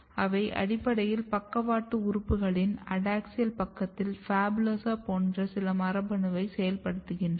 அவை அடிப்படையில் பக்கவாட்டு உறுப்புகளின் அடாக்ஸியல் பக்கத்தில் PHABULOSA போன்ற சில மரபணுவை செயல்படுத்துகின்றன